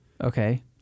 Okay